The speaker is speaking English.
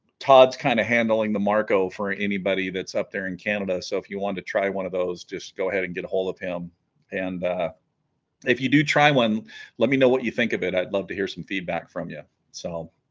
todd's kind of handling the marco for anybody that's up there in canada so if you want to try one of those just go ahead and get ahold of him and if you do try one let me know what you think of it i'd love to hear some feedback from you so